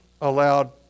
allowed